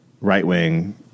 right-wing